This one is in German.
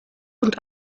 und